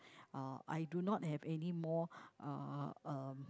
uh I do not have anymore uh um